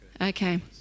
Okay